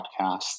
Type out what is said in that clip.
podcasts